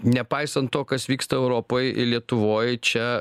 nepaisant to kas vyksta europoj i lietuvoj čia